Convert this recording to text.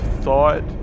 thought